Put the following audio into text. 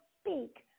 speak